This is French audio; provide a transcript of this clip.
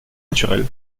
naturel